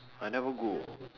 I never go